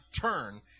turn